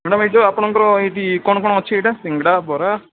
ଶୁଣ ଭାଇ ତ ଆପଣଙ୍କର ଏଇଠି କ'ଣ କ'ଣ ଅଛି ଏଇଟା ସିଙ୍ଗଡ଼ା ବରା